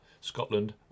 Scotland